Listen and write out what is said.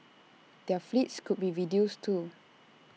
their fleets could be reduced too